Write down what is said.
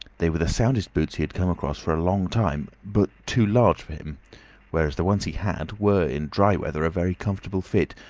they were the soundest boots he had come across for a long time, but too large for him whereas the ones he had were, in dry weather, a very comfortable fit,